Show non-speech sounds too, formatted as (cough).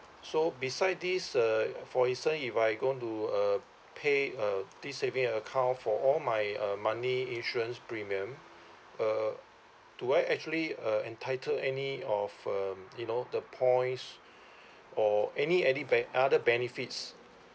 so beside this uh for instance if I gone to uh pay uh this saving account for all my uh money insurance premium uh do I actually uh entitled any of um you know the points (breath) or any any be~ other benefits